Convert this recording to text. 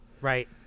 right